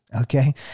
okay